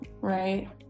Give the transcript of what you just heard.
right